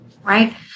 right